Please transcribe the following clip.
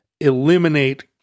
eliminate